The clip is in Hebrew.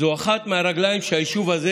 זו אחת מהרגליים שהיישוב הזה